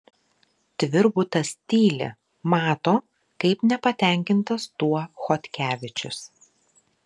tvirbutas tyli mato kaip nepatenkintas tuo chodkevičius